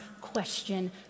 question